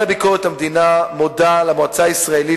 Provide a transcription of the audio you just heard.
כפי שאמרתי: "הוועדה לביקורת המדינה מודה למועצה הישראלית